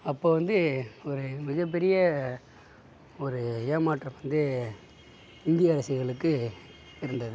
அப்போ வந்து ஒரு மிகப்பெரிய ஒரு ஏமாற்றம் வந்து இந்தியா ரசிகர்களுக்கு இருந்தது